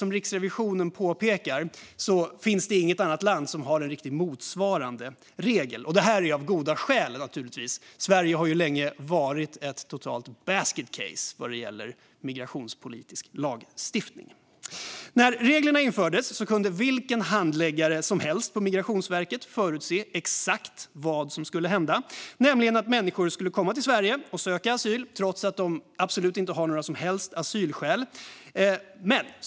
Som Riksrevisionen påpekar har inget annat land en motsvarande regel, och det är naturligtvis av goda skäl. Sverige har ju länge varit ett totalt basket case vad gäller migrationspolitisk lagstiftning. När reglerna infördes kunde vilken handläggare som helst på Migrationsverket förutse exakt vad som skulle hända, nämligen att människor skulle komma till Sverige och söka asyl trots att de inte hade några som helst asylskäl.